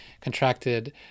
contracted